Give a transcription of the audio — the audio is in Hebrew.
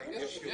.